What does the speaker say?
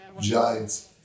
giants